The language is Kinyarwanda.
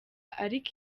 ariko